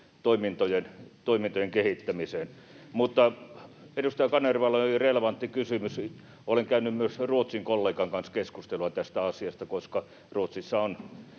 toimintojen kehittämiseen. Mutta edustaja Kanervalla oli hyvin relevantti kysymys. Olen käynyt myös Ruotsin kollegan kanssa keskustelua tästä asiasta, koska Ruotsissa on